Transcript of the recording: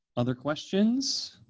other questions?